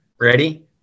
Ready